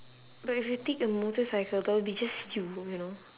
but if you take a motorcycle that would be just you you know